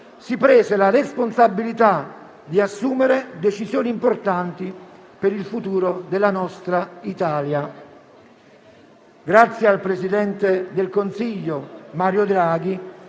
si prese la responsabilità di assumere decisioni importanti per il futuro della nostra Italia. Grazie al presidente del Consiglio Mario Draghi,